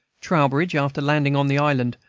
trowbridge, after landing on the island,